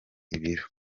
ibiro